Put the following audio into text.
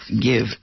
give